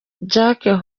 jacques